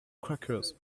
crackers